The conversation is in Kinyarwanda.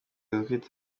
amatsinda